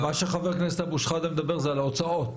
מה שחבר הכנסת אבו שחאדה מדבר זה על ההוצאות.